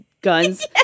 guns